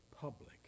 public